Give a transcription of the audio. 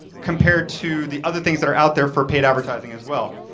compared to the other things that are out there for paid advertising as well.